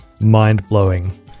mind-blowing